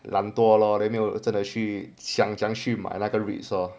懒惰了 that 没有真的去想这样继续买那个 REITs lor